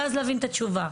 ואז להבין את התשובה.